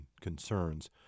concerns